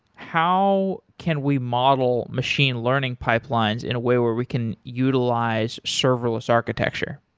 how can we model machine learning pipelines in a way where we can utilize serverless architecture?